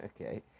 Okay